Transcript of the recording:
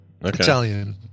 Italian